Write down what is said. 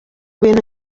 bintu